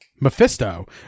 Mephisto